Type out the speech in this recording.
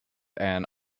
anne